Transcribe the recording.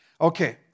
Okay